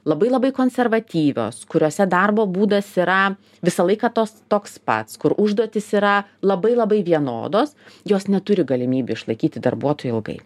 labai labai konservatyvios kuriose darbo būdas yra visą laiką tos toks pats kur užduotys yra labai labai vienodos jos neturi galimybių išlaikyti darbuotojų ilgai